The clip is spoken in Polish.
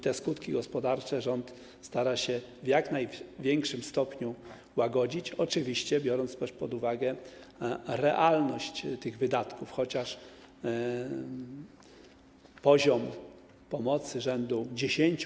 Te skutki gospodarcze rząd stara się w jak największym stopniu łagodzić, oczywiście biorąc też pod uwagę realność wydatków, chociaż poziom pomocy rzędu 10%